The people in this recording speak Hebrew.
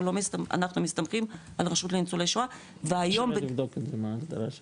אנחנו מסתמכים על רשות לניצולי שואה והיום בתור הממתינים יש